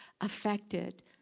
affected